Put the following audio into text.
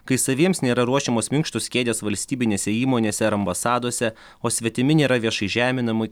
kai saviems nėra ruošiamos minkštos kėdės valstybinėse įmonėse ar ambasadose o svetimi nėra viešai žeminami